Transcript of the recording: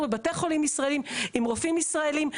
בבתי חולים ישראליים, עם רופאים ישראלים.